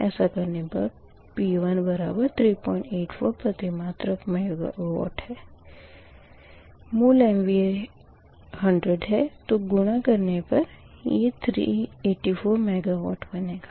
ऐसा करने पर P1 बराबर 384 प्रतिमात्रक मेगावाट है मूल MVA 100 है तो गुणा करने पर ये 384 मेगावाट बनेगा